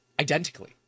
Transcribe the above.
identically